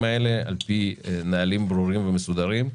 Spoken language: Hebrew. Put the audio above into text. האלה על פי נהלים ברורים ומסודרים.